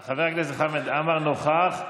חבר הכנסת בצלאל סמוטריץ' אינו נוכח,